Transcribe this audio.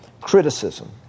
criticism